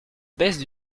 baisse